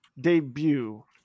debut